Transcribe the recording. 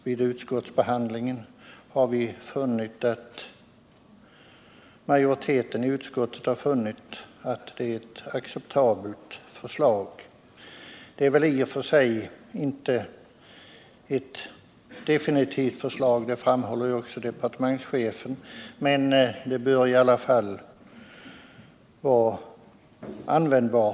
Vid utskottsbehandlingen har majoriteten funnit att det är ett acceptabelt förslag. Det är väl i och för sig inte ett definitivt förslag. Det framhåller också departementschefen, men förslaget bör i alla fall vara användbart.